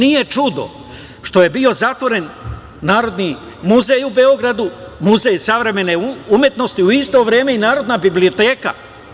Nije čudo što je bio zatvoren Narodni muzej u Beogradu, Muzej savremene umetnosti, u isto vreme i Narodna biblioteka.